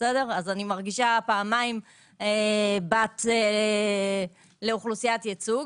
אז אני מרגישה פעמיים כבת לאוכלוסיית ייצוג.